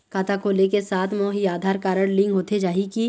खाता खोले के साथ म ही आधार कारड लिंक होथे जाही की?